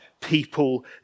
people